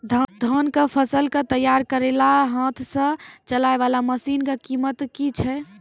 धान कऽ फसल कऽ तैयारी करेला हाथ सऽ चलाय वाला मसीन कऽ कीमत की छै?